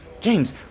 James